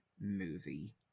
movie